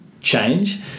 change